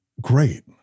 Great